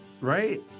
right